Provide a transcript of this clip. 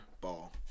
ball